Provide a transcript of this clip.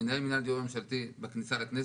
מנהל מינהל הדיור הממשלתי בכניסה לכנסת,